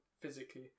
physically